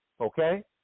Okay